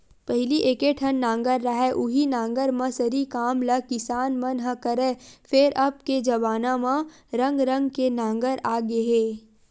पहिली एके ठन नांगर रहय उहीं नांगर म सरी काम ल किसान मन ह करय, फेर अब के जबाना म रंग रंग के नांगर आ गे हे